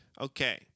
okay